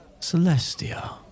Celestia